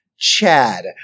Chad